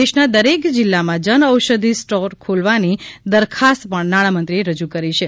દેશના દરેક જિલ્લામાં જન ઔષધિ સ્ટોર ખોલવાની દરખાસ્ત પણ નાણામંત્રીએ રજુ કરી છે